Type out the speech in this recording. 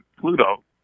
Pluto